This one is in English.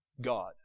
God